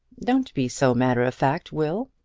don't be so matter-of-fact, will.